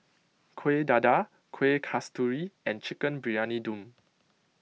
Kuih Dadar Kueh Kasturi and Chicken Briyani Dum